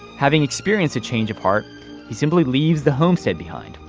having experienced a change of heart he simply leaves the homestead behind.